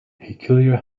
peculiar